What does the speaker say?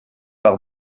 par